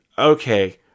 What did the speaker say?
Okay